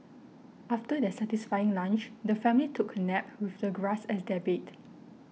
after their satisfying lunch the family took a nap with the grass as their bed